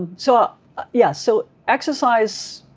so yeah, so exercise,